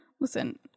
listen